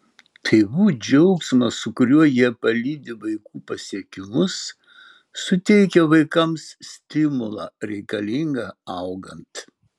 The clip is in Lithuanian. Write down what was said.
tėvų džiaugsmas su kuriuo jie palydi vaikų pasiekimus suteikia vaikams stimulą reikalingą augant